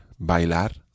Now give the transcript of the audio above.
bailar